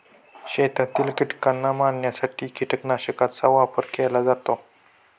शेतातील कीटकांना मारण्यासाठी कीटकनाशकांचा वापर केला जातो